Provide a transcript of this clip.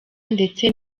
ndetse